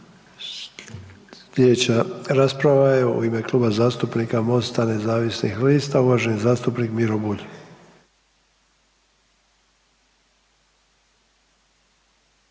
završna rasprava u ime Kluba zastupnika Mosta nezavisnih lista uvaženi zastupnik Miro Bulj.